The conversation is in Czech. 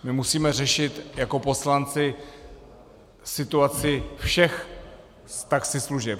My musíme řešit jako poslanci situaci všech taxislužeb.